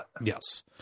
Yes